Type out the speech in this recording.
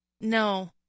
No